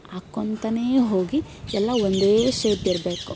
ಹಾಕ್ಕೊಳ್ತಲೇ ಹೋಗಿ ಎಲ್ಲ ಒಂದೇ ಶೇಪ್ ಇರಬೇಕು